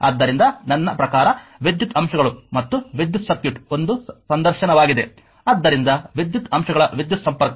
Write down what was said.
ಆದ್ದರಿಂದ ನನ್ನ ಪ್ರಕಾರ ವಿದ್ಯುತ್ ಅಂಶಗಳು ಮತ್ತು ವಿದ್ಯುತ್ ಸರ್ಕ್ಯೂಟ್ ಒಂದು ಸಂದರ್ಶನವಾಗಿದೆ ಆದ್ದರಿಂದ ವಿದ್ಯುತ್ ಅಂಶಗಳ ವಿದ್ಯುತ್ ಸಂಪರ್ಕ